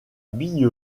bille